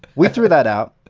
we threw that out.